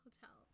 hotel